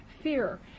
Fear